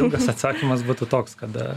ilgas atsakymas būtų toks kada